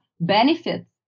benefits